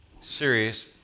series